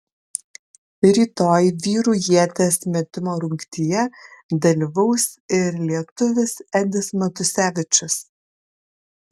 rytoj vyrų ieties metimo rungtyje dalyvaus ir lietuvis edis matusevičius